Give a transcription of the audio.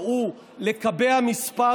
זו אהבה ממבט